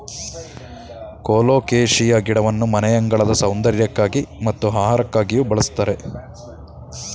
colocasia ಗಿಡವನ್ನು ಮನೆಯಂಗಳದ ಸೌಂದರ್ಯಕ್ಕಾಗಿ ಮತ್ತು ಆಹಾರಕ್ಕಾಗಿಯೂ ಬಳ್ಸತ್ತರೆ